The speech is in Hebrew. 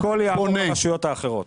והכול יעבור לרשויות האחרות.